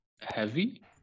heavy